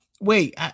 wait